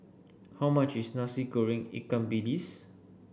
how much is Nasi Goreng Ikan Bilis